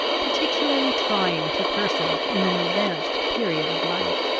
particularly trying to persons in an advanced period of life.